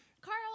Carl